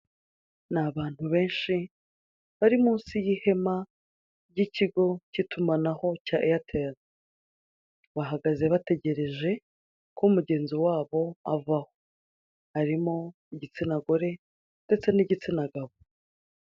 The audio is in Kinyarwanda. Ni abantu benshi bari munsi y'ihema ry'ikigo kitumanaho cya Airtel, bahagaze bategereje ko mugenzi wabo avaho. Barimo igitsina gore ndetse n'igitsina gabo.